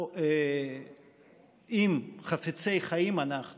אם חפצי חיים אנחנו